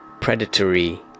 predatory